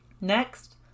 Next